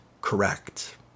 correct